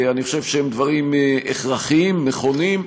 אני חושב שהם דברים הכרחיים, נכונים,